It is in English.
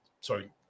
Sorry